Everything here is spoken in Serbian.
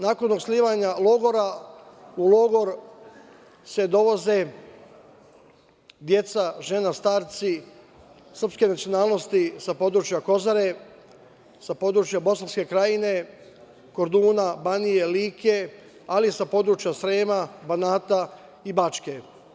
Nakon osnivanja logora, u logor se dovoze deca, žene, starci srpske nacionalnosti sa područja Kozare, sa područja Bosanske Krajine, Korduna, Banije, Like, ali i sa područja Srema, Banata i Bačke.